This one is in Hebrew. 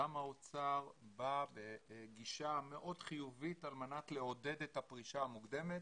גם האוצר בא בגישה מאוד חיובית על מנת לעודד את הפרישה המוקדמת